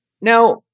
Now